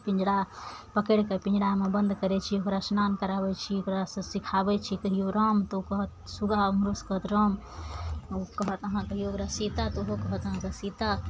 पिजड़ा पकड़िके पिजड़ामे बन्द करय छी ओकरा स्नान कराबय छी ओकरासँ सिखाबय छी कहियो राम तऽ ओ कहत सुग्गा ओन्नोसँ कहत राम ओ कहत अहाँ कहियो ओकरा सीता तऽ ओहो कहत अहाँके सीता